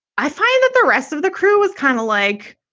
i find that the rest of the crew was kind of like,